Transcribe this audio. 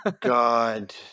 God